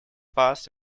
past